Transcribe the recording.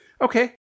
Okay